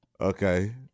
Okay